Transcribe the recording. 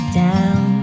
down